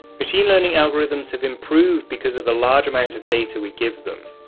machine learning algorithms have improved because of the large amount of data we give them.